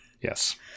Yes